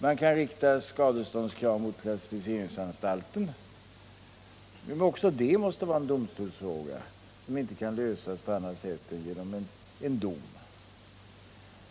Man kan också rikta skadeståndskravet mot klassificeringsanstalten. Även då måste det bli en domstolsfråga som inte kan avgöras på annat sätt än genom en dom.